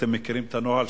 ואתם מכירים את הנוהל,